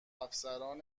افسران